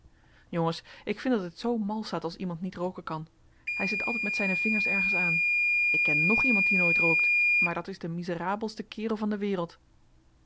jongens ik vind dat het zoo mal staat als iemand niet rooken kan hij zit altijd met zijne vingers ergens aan ik ken nog iemand die nooit rookt maar dat is de miserabelste kerel van de wereld